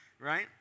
right